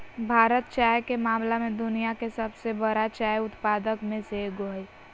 भारत चाय के मामला में दुनिया के सबसे बरा चाय उत्पादक में से एगो हइ